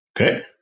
okay